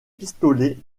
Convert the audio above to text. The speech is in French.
pistolets